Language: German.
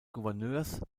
gouverneurs